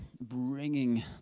bringing